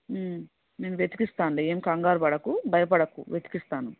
నేను వెతికిస్తానులే ఏం కంగారుపడకు భయపడకు వెతికిస్తాను